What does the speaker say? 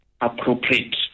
appropriate